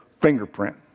fingerprint